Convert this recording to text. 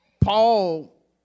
Paul